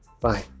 bye